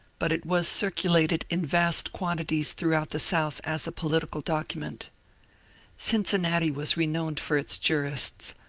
but it was circu lated in yast quantities throughout the south as a political document cincinnati was renowned for its jurists.